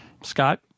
Scott